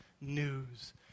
news